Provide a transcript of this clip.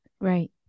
Right